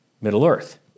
Middle-earth